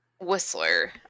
Whistler